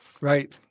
Right